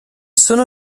sono